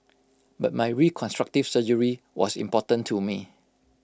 but my reconstructive surgery was important to me